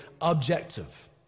objective